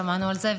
שמענו על זה,